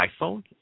iPhone